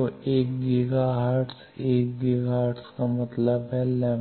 तो 1 giga hertz 1 giga hertz का मतलब है λ